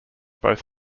both